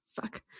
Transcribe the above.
fuck